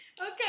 okay